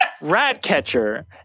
Ratcatcher